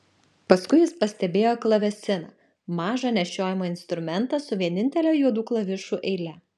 paskui jis pastebėjo klavesiną mažą nešiojamą instrumentą su vienintele juodų klavišų eile